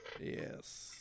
Yes